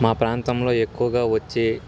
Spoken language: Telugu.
మా ప్రాంతంలో ఎక్కువగా వచ్చే